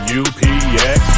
upx